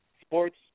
sports